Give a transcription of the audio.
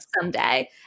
someday